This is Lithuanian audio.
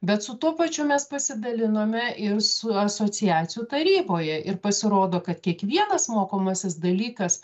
bet su tuo pačiu mes pasidalinome ir su asociacijų taryboje ir pasirodo kad kiekvienas mokomasis dalykas